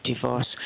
divorce